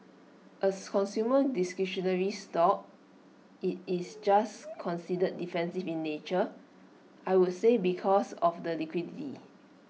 A consumer discretionary stock IT is just considered defensive in nature I would say because of the liquidity